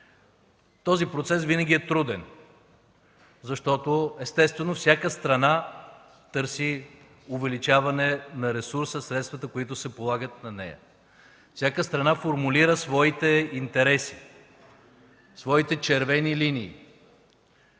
Този процес винаги е труден, защото, естествено, всяка страна търси увеличаване на ресурса – средствата, които й се полагат. Всяка страна формулира своите интереси, своите червени линии.